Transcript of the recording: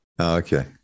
Okay